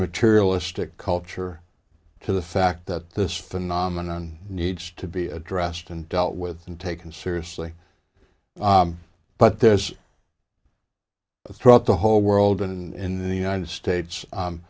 materialistic culture to the fact that this phenomenon needs to be addressed and dealt with and taken seriously but there is throughout the whole world and in the united states